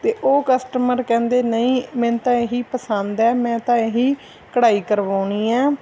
ਅਤੇ ਉਹ ਕਸਟਮਰ ਕਹਿੰਦੇ ਨਹੀਂ ਮੈਨੂੰ ਤਾਂ ਇਹੀ ਪਸੰਦ ਹੈ ਮੈਂ ਤਾਂ ਇਹੀ ਕਢਾਈ ਕਰਵਾਉਣੀ ਹੈ